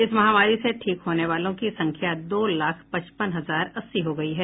इस महामारी से ठीक होने वालों की संख्या दो लाख पचपन हजार अस्सी हो गयी है